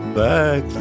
back